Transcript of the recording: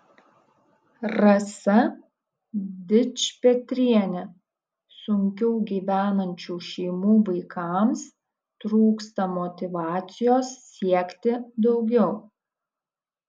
rasa dičpetrienė sunkiau gyvenančių šeimų vaikams trūksta motyvacijos siekti daugiau